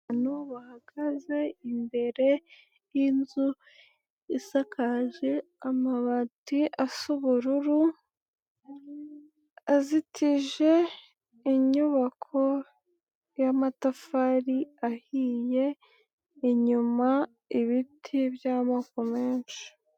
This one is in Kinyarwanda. Abantu bahagaze imbere y'inzu isakaje amabati asa ubururu, azitije inyubako y'amatafari ahiye, inyuma ibiti by'amoko menshi.